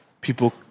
people